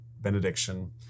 benediction